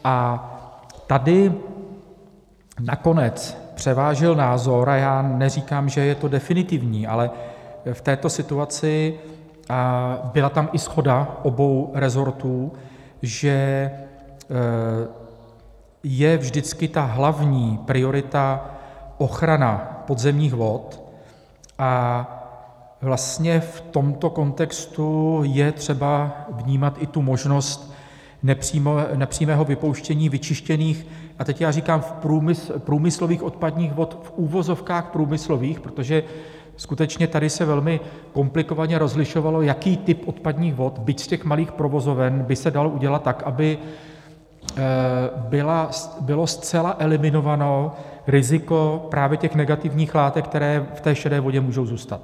A tady nakonec převážil názor a já neříkám, že je to definitivní, ale v této situaci, a byla tam i shoda obou resortů, že je vždycky hlavní priorita ochrana podzemních vod, a v tomto kontextu je třeba vnímat i možnost nepřímého vypouštění vyčištěných a teď já říkám průmyslových odpadních vod, v uvozovkách průmyslových, protože skutečně tady se velmi komplikovaně rozlišovalo, jaký typ odpadních vod byť z těch malých provozoven by se dal udělat tak, aby bylo zcela eliminováno riziko negativních látek, které v té šedé vodě můžou zůstat.